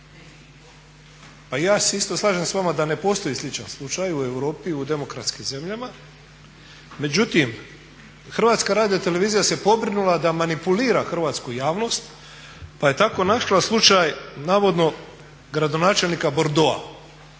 Pa ja se isto slažem s vama da ne postoji sličan slučaj u Europi, u demokratskim zemljama, međutim HRT se pobrinula da manipulira hrvatsku javnost pa je tako našla slučaj navodno gradonačelnika Bordeuxa.